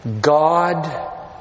God